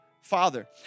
Father